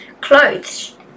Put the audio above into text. clothes